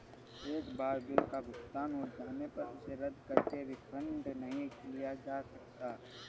एक बार बिल का भुगतान हो जाने पर उसे रद्द करके रिफंड नहीं लिया जा सकता